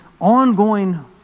ongoing